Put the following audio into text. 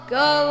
go